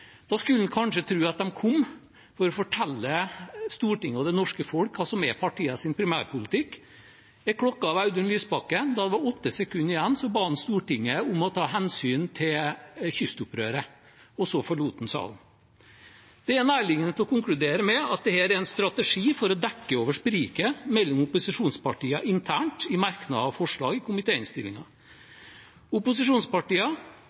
Da skulle man kanskje tro at de kom for å fortelle Stortinget og det norske folk hva som er partienes primærpolitikk. Jeg klokket av Audun Lysbakken, og da det var åtte sekunder igjen, ba han Stortinget ta hensyn til kystopprøret, og så forlot han salen. Det er nærliggende å konkludere med at dette er en strategi for å dekke over spriket mellom opposisjonspartiene internt i merknader og forslag i